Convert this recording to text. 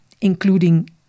including